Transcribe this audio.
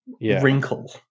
wrinkle